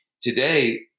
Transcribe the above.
today